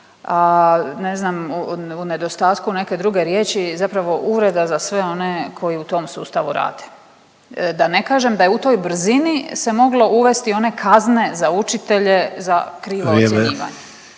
ne znam, u nedostatku neke druge riječi, zapravo uvreda za sve one koji u tom sustavu rade, da ne kažem da je u toj brzini se moglo uvesti one kazne za učitelje za krivo ocjenjivanje.